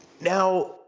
Now